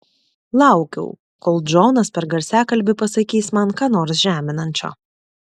laukiau kol džonas per garsiakalbį pasakys man ką nors žeminančio